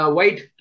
White